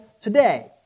today